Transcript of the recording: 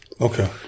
okay